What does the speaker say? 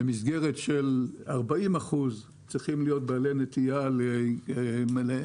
במסגרת ש-40% צריכים להיות בעלי נטייה לאקולוגיה,